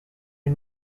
les